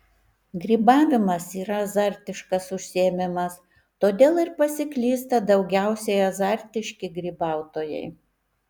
grybavimas yra azartiškas užsiėmimas todėl ir pasiklysta daugiausiai azartiški grybautojai